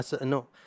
No